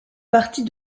partie